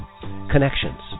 connections